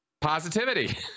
positivity